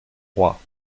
roi